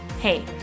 Hey